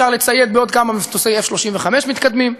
אפשר לצייד בעוד כמה מטוסי F-35 מתקדמים,